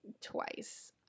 twice